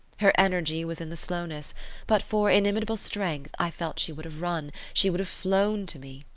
her energy was in the slowness but for inimitable strength, i felt she would have run, she would have flown to me.